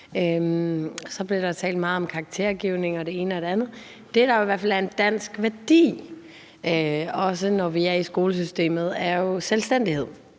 Så blev der talt meget om karaktergivning og det ene og det andet, og det, der jo i hvert fald er en dansk værdi, også når vi taler om skolesystemet, er selvstændighed,